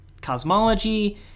cosmology